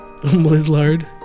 Blizzard